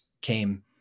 came